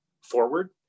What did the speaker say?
forward